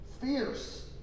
fierce